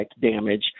damage